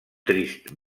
trist